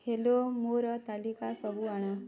hello ମୋର ତାଲିକା ସବୁ ଆଣ